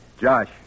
Josh